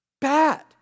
bad